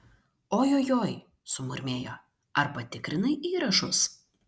ojojoi sumurmėjo ar patikrinai įrašus